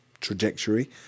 trajectory